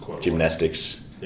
gymnastics